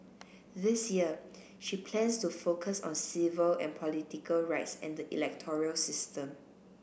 this year she plans to focus on civil and political rights and the electoral system